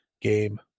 Game